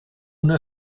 una